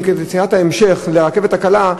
עם כרטיסיית ההמשך לרכבת הקלה,